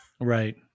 Right